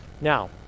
Now